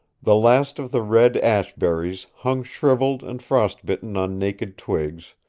the last of the red ash berries hung shriveled and frost-bitten on naked twigs,